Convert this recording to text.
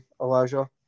Elijah